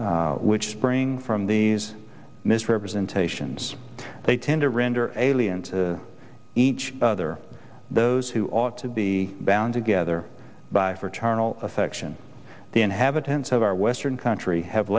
which spring from these misrepresentations they tend to render alien to each other those who ought to be bound together by fraternal affection the inhabitants of our western country have